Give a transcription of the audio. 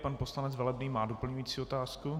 Pan poslanec Velebný má doplňující otázku?